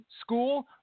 school